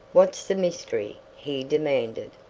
what's the mystery? he demanded.